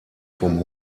vom